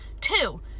two